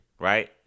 Right